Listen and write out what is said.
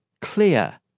clear